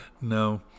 no